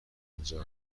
اینجا